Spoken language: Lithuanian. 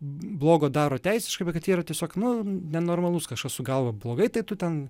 blogo daro teisiškai bet kad jie yra tiesiog nu nenormalus kažkas su galva blogai tai tu ten